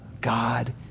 god